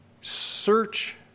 search